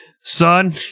Son